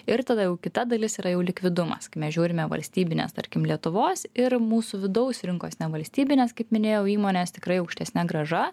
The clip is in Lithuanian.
ir tada jau kita dalis yra jau likvidumas kai mes žiūrime valstybines tarkim lietuvos ir mūsų vidaus rinkos nevalstybines kaip minėjau įmones tikrai aukštesne grąža